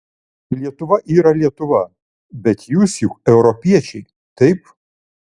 lietuva yra lietuva bet jūs juk europiečiai taip